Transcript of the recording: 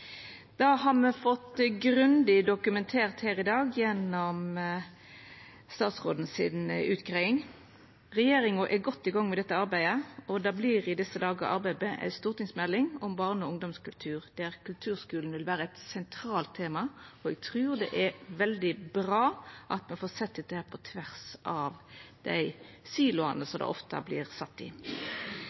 i dag – gjennom utgreiinga frå statsråden. Regjeringa er godt i gang med dette arbeidet. Det vert i desse dagar arbeidd med ei stortingsmelding om barne- og ungdomskultur, der kulturskulen vil vera eit sentralt tema. Eg trur det er veldig bra at me får sett dette på tvers av dei siloane som ofte vert sett.